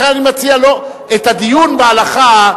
לכן אני מציע את הדיון בהלכה,